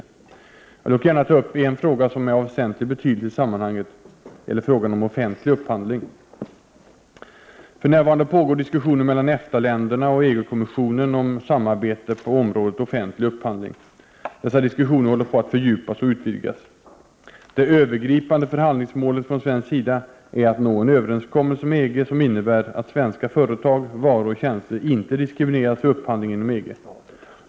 Jag vill dock gärna ta upp en fråga som är av väsentlig betydelse i sammanhanget. Det gäller frågan om offentlig upphandling. För närvarande pågår diskussioner mellan EFTA-länderna och EG kommissionen om samarbete på området offentlig upphandling. Dessa diskussioner håller på att fördjupas och utvidgas. Det övergripande förhandlingsmålet från svensk sida är att nå en överenskommelse med EG som innebär att svenska företag, varor och tjänster inte diskrimineras vid upphandling inom EG.